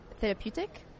therapeutic